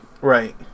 Right